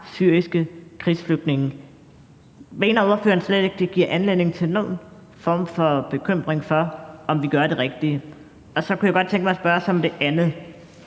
syriske krigsflygtninge? Mener ordføreren slet ikke, at det giver anledning til nogen form for bekymring for, om vi gør det rigtige? Så kunne jeg godt tænke mig at spørge om en anden